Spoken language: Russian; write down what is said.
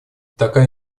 такая